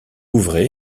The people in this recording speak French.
ouvrait